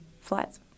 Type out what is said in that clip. flights